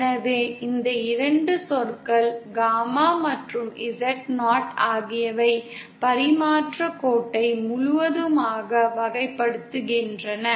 எனவே இந்த 2 சொற்கள் காமா மற்றும் Z0 ஆகியவை பரிமாற்றக் கோட்டை முழுவதுமாக வகைப்படுத்துகின்றன